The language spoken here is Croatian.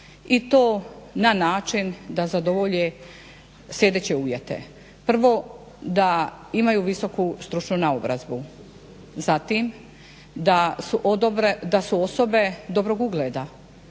I to na način da zadovolje sljedeće uvjete, prvo da imaju visoku stručnu naobrazbu, zatim da su osobe dobrog ugleda